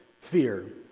fear